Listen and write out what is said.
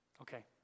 Okay